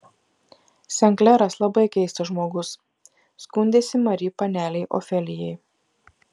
sen kleras labai keistas žmogus skundėsi mari panelei ofelijai